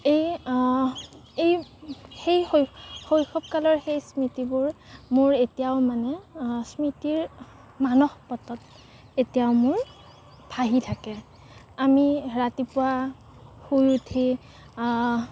এই এই সেই শৈ শৈশৱকালৰ সেই স্মৃতিবোৰ মোৰ এতিয়াও মানে স্মৃতিৰ মানসপটত এতিয়াও মোৰ ভাহি থাকে আমি ৰাতিপুৱা শুই উঠি